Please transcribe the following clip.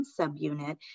subunit